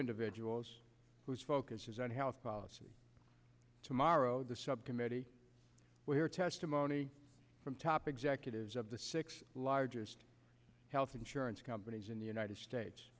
individuals whose focus is on health policy tomorrow the subcommittee will hear testimony from top executives of the six largest health insurance companies in the united states